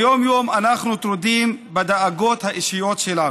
ביום-יום אנחנו טרודים בדאגות האישיות שלנו.